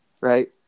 Right